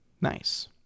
Nice